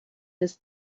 his